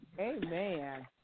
Amen